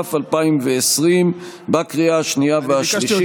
התש"ף 2020, בקריאה השנייה והשלישית.